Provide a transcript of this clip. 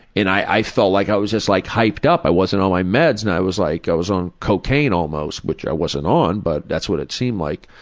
and i felt like i was like hyped up. i wasn't on my meds and i was like i was on cocaine almost, which i wasn't on, but that's what it seemed like.